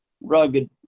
rugged